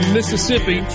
Mississippi